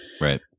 Right